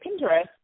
Pinterest